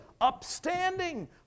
upstanding